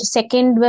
Second